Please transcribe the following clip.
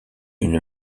une